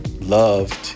loved